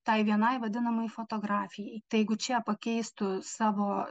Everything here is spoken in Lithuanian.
tai vienai vadinamai fotografijai tai jeigu čia pakeistų savo